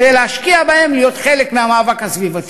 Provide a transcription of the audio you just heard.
כדי להשפיע עליהם להיות חלק מהמאבק הסביבתי.